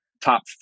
top